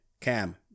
Cam